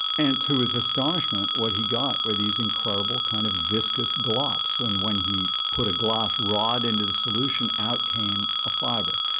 and to his astonishment what he got were these incredible kind of viscous glops. and when he put a glass rod into the solution, out came a fibre.